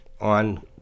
on